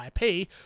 IP